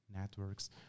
networks